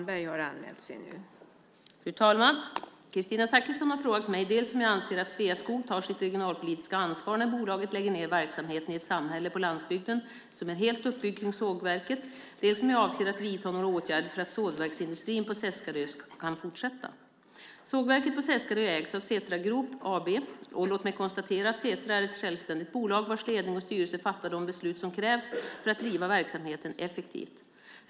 Fru talman! Kristina Zakrisson har frågat mig dels om jag anser att Sveaskog tar sitt regionalpolitiska ansvar när bolaget lägger ned verksamheten i ett samhälle på landsbygden som är helt uppbyggt kring sågverket, dels om jag avser att vidta några åtgärder för att sågverksindustrin på Seskarö ska kunna fortsätta. Sågverket på Seskarö ägs av Setra Group AB. Låt mig konstatera att Setra är ett självständigt bolag vars ledning och styrelse fattar de beslut som krävs för att driva verksamheten effektivt.